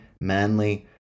manly